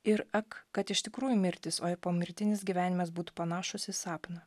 ir ak kad iš tikrųjų mirtis o ir pomirtinis gyvenimas būtų panašūs į sapną